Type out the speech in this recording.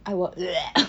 I will